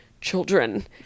children